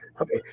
Okay